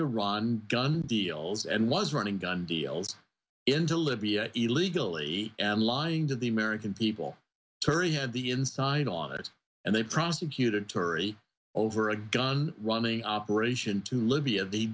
to run gun deals and was running gun deals into libya illegally and lying to the american people turley had the inside on it and they prosecuted turkey over a gun running operation to libya they